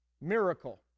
miracle